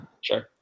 Sure